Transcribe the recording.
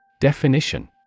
Definition